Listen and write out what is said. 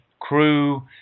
crew